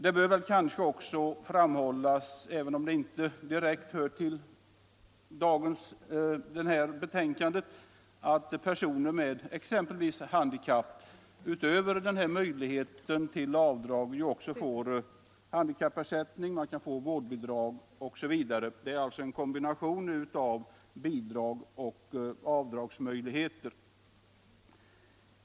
Det bör väl kanske också framhållas, även om det inte direkt hör till detta ärende, att exempelvis personer med handikapp utöver den aktuella möjligheten till avdrag också kan få handikappersättning, vårdbidrag osv. Det är alltså fråga om en kombination av bidrag och avdragsmöjligheter.